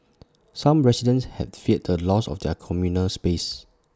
some residents had feared the loss of their communal space